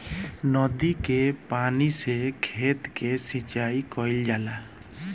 नदी के पानी से खेत के सिंचाई कईल जाला